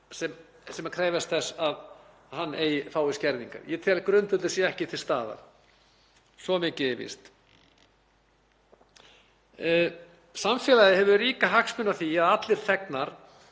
sem krefjast þess að hann eigi að fá skerðingar. Ég tel að grundvöllurinn sé ekki til staðar, svo mikið er víst. Samfélagið hefur ríka hagsmuni af því að allir þegnar